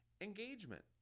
engagement